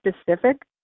specific